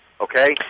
Okay